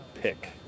pick